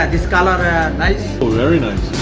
like this colour, ah, nice? oh, very nice.